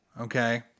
okay